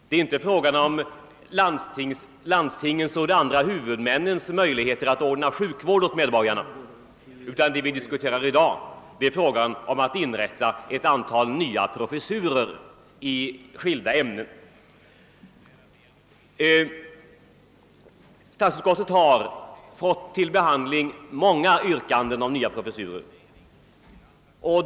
Det gäller inte i dag landstingens och de andra huvudmännens möjligheter att ordna sjukvård åt medborgarna, utan vi diskuterar inrättande av ett antal nya professurer i skilda ämnen. Statsutskottet har fått till behandling många yrkanden om nya professurer.